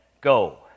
go